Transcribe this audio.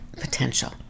potential